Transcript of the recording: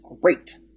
great